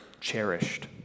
cherished